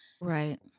Right